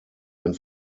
den